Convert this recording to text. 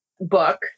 book